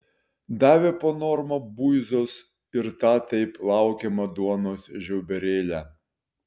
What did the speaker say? davė po normą buizos ir tą taip laukiamą duonos žiauberėlę